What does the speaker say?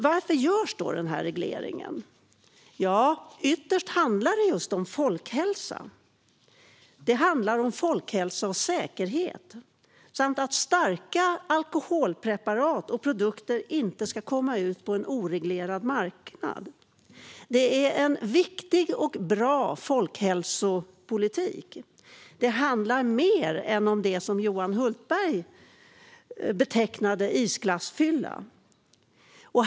Varför görs då denna reglering? Jo, ytterst handlar det om folkhälsa och säkerhet samt om att stärka att alkoholpreparat och alkoholprodukter inte ska komma ut på en oreglerad marknad. Det är en viktig och bra folkhälsopolitik. Det handlar om mer än det som Johan Hultberg betecknade som isglassfylla.